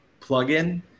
plugin